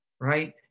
Right